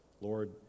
Lord